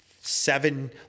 seven